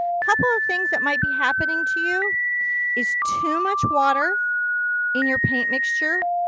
couple of things that might be happening to you is too much water in your paint mixture,